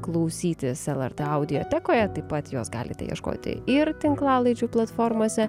klausytis lrt audiotekoje taip pat jos galite ieškoti ir tinklalaidžių platformose